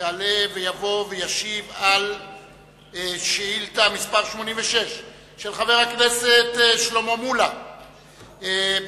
יעלה ויבוא וישיב על שאילתא מס' 86 של חבר הכנסת שלמה מולה בנושא: